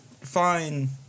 fine